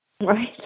Right